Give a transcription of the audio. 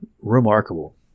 remarkable